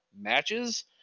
matches